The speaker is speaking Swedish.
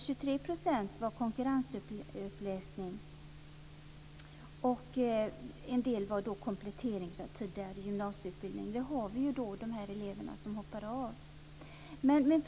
23 % var konkurrensuppläsning och en del var komplettering av tidigare gymnasieutbildning. Där har vi de elever som hoppat av.